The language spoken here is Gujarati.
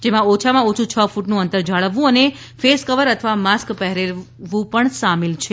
જેમાં ઓછામાં ઓછું છ ક્રટનું અંતર જાળવવું અને ફેસ કવર અથવા માસ્ક પહેરવું સામેલ છે